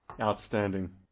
Outstanding